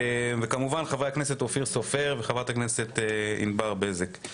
תודה כמובן גם לחברי הכנסת אופיר סופר וענבר בזק.